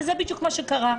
וזה בדיוק מה שקרה.